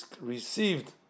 received